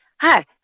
Hi